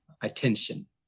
attention